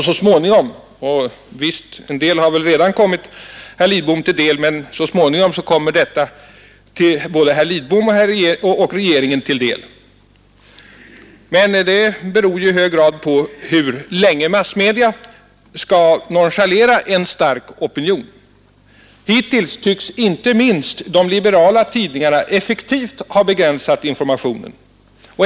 Så småningom — en del har redan kommit — skall väl detta komma både herr Lidbom och regeringen till del, vilket i hög grad beror på hur länge massmedia kan nonchalera en stark opinion. Hittills tycks icke minst de liberala tidningarna effektivt ha begränsat informationen.